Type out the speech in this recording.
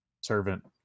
servant